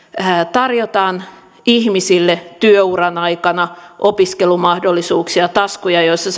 tarjotaan ihmisille työuran aikana opiskelumahdollisuuksia taskuja joissa